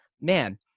man